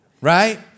Right